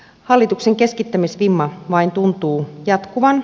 hallituksen keskittämisvimma vain tuntuu jatkuvan